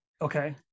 Okay